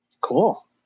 cool